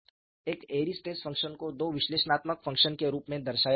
एक Airy stress function को दो विश्लेषणात्मक फंक्शन्स के रूप में दर्शाया जाता है